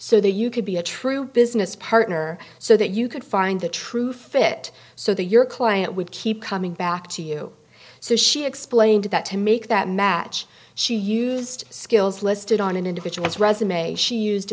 so they you could be a true business partner so that you could find the true fit so they your client would keep coming back to you so she explained that to make that match she used skills listed on an individual's resume she used